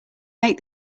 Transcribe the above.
make